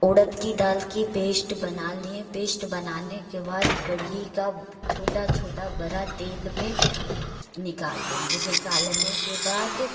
उड़द कि दाल कि पेस्ट बना लें पेस्ट बनाने के बाद कढ़ी का छोटा छोटा बड़ा तेल में निकाल लेंगे निकालने के बाद